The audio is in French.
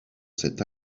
cet